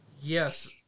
Yes